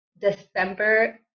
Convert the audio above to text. December